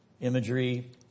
imagery